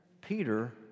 Peter